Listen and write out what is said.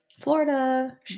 Florida